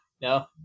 no